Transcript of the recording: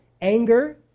anger